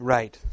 Right